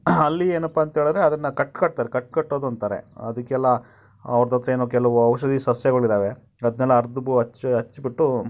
ಅಲ್ಲಿ ಏನಪ್ಪ ಅಂತ ಹೇಳಿದ್ರೆ ಅದನ್ನು ಕಟ್ಟು ಕಟ್ತಾರೆ ಕಟ್ಟು ಕಟ್ಟೋದು ಅಂತಾರೆ ಅದಕ್ಕೆಲ್ಲ ಅವ್ರ ಹತ್ತಿರ ಏನೋ ಕೆಲವು ಔಷಧಿ ಸಸ್ಯಗಳಿದಾವೆ ಅದನ್ನೆಲ್ಲ ಅರೆದು ಬ್ ಹಚ್ಚಿ ಹಚ್ಬಿಟ್ಟು